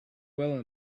well